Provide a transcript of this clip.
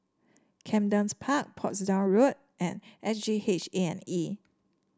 Camden Park Portsdown Road and S G H A and E